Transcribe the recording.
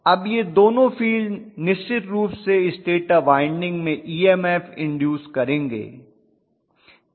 अब ये दोनों फील्ड निश्चित रूप से स्टेटर वाइंडिंग में EMF इन्डूस करेंगे